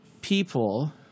people